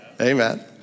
Amen